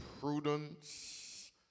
prudence